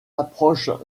approches